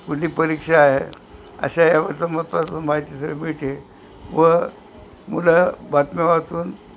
कुठली परीक्षा आहे अशा यावरचं महत्त्वाचं माहिती सगळी मिळते व मुलं बातम्या वाचून